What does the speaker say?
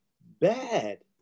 bad